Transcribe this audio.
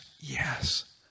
yes